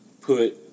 put